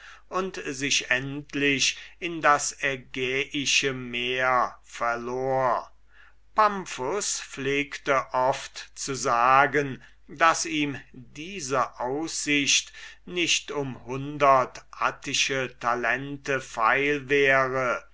und sich endlich in das ägeische meer verlor pamphus pflegte oft zu sagen daß ihm diese aussicht nicht um hundert attische talente feil wäre